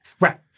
Right